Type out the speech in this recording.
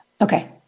Okay